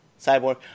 Cyborg